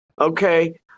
Okay